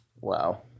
Wow